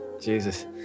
Jesus